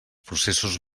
processos